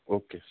okay